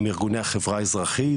עם ארגוני החברה האזרחית,